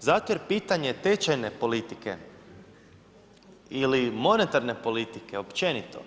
Zato jer pitanje tečajne politike ili monetarne politike općenito